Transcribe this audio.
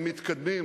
הם מתקדמים,